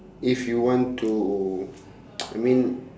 if you want to I mean